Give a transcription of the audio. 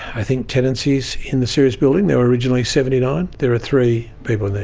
i think, tenancies in the sirius building. there were originally seventy nine. there are three people in